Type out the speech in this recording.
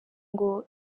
ngo